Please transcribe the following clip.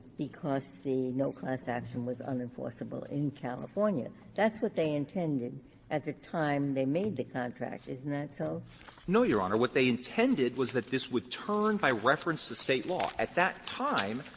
because the no class action was unenforceable in california. that's what they intended at the time they made the contract isn't that so? landau no, your honor. what they intended was that this would turn by reference to state law. at that time,